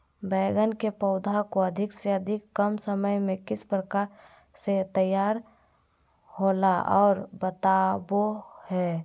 बैगन के पौधा को अधिक से अधिक कम समय में किस प्रकार से तैयारियां होला औ बताबो है?